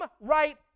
right